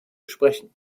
sprechen